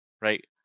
right